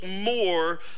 more